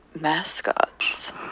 mascots